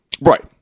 Right